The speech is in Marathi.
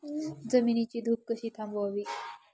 जमिनीची धूप कशी थांबवावी?